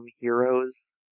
heroes